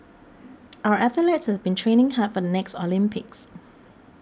our athletes have been training hard for the next Olympics